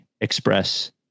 express